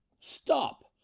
stop